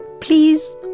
Please